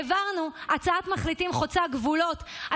העברנו הצעת מחליטים חוצה גבולות,